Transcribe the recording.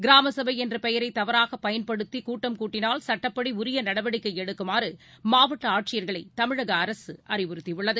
கிராம சபை என்ற பெயரை தவறாக பயன்படுத்தி கூட்டம் கூட்டினால் சுட்டப்படி உரிய நடவடிக்கை எடுக்குமாறு மாவட்ட ஆட்சியர்களை தமிழக அரசு அறிவுறுத்தியுள்ளது